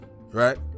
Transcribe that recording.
Right